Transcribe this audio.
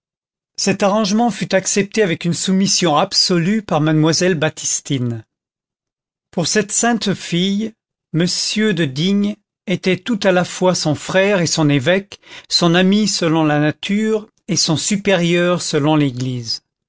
cet arrangement fut accepté avec une soumission absolue par mademoiselle baptistine pour cette sainte fille m de digne était tout à la fois son frère et son évêque son ami selon la nature et son supérieur selon l'église